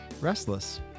Restless